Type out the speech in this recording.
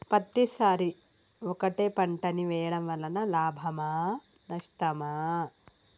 పత్తి సరి ఒకటే పంట ని వేయడం వలన లాభమా నష్టమా?